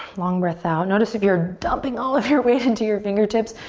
long breath out. notice if you're dumping all of your weight into your fingertips,